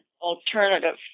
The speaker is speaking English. alternative